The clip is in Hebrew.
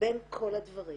בין כל הדברים